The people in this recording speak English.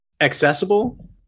accessible